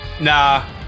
Nah